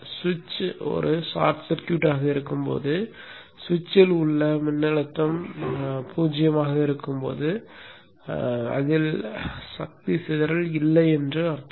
சுவிட்ச் ஒரு ஷார்ட் சர்க்யூட்டாக இருக்கும் போது சுவிட்சில் உள்ள மின்னழுத்தம் 0 ஆக இருக்கும் போது சக்தி சிதறல் இல்லை என்று அர்த்தம்